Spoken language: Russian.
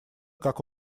как